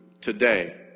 today